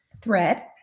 Thread